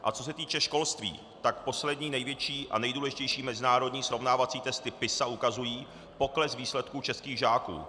A co se týče školství, tak poslední největší a nejdůležitější mezinárodní srovnávací testy PISA ukazují pokles výsledků českých žáků.